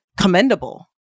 commendable